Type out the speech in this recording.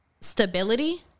stability